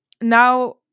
now